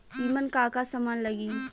ईमन का का समान लगी?